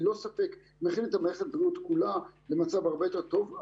היא ללא ספק מכינה את מערכת הבריאות כולה למצב הרבה יותר טוב.